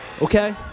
Okay